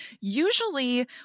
usually